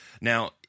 Now